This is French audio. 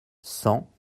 cent